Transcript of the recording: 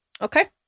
okay